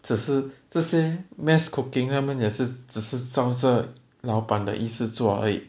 只是这些 mass cooking 他们也是只是照着老板的意思做而已